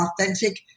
authentic